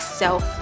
self